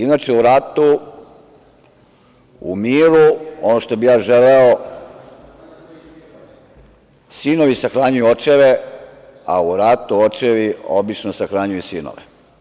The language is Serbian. Inače, u ratu, u miru, ono što bih ja želeo, sinovi sahranjuju očeve, a u ratu očevi obično sahranjuju sinove.